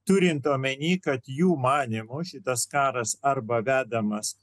turint omeny kad jų manymu šitas karas arba vedamas